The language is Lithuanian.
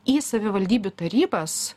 į savivaldybių tarybas